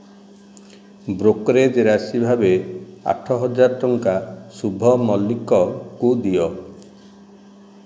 brokerage ରାଶି ଭାବେ ଆଠ ହଜାର ଟଙ୍କା ଶୁଭ ମଲ୍ଲିକଙ୍କୁ ଦିଅ